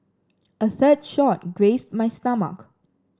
a third shot grazed my stomach